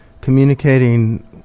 communicating